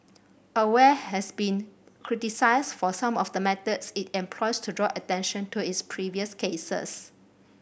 aware has been criticised for some of the methods it employs to draw attention to its previous causes